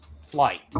flight